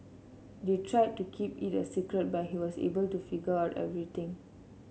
they tried to keep it a secret but he was able to figure out everything out